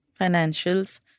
financials